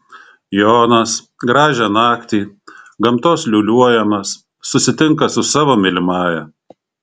jonas gražią naktį gamtos liūliuojamas susitinka su savo mylimąja